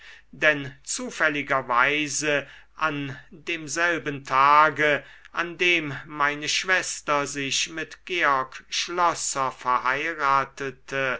denn zufälligerweise an demselben tage an dem meine schwester sich mit georg schlosser verheiratete